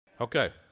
Okay